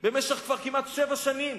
במשך כבר כמעט שבע שנים.